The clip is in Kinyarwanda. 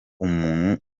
umuntu